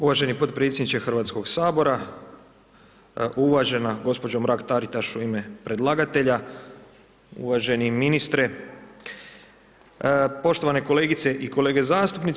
Uvaženi potpredsjedniče Hrvatskoga sabora, uvažena gospođo Mrak Taritaš u ime predlagatelja, uvaženi ministre, poštovane kolegice i kolege zastupnici.